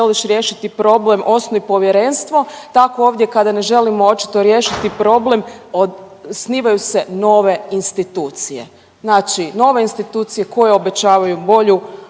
želiš riješiti problem osnuj povjerenstvo. Tako ovdje kada ne želimo očito riješiti problem osnivaju se nove institucije, znači nove institucije koje obećavaju bolju